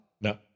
No